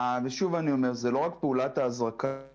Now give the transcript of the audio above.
שוב אני אומר, זו לא רק פעולת ההזרקה.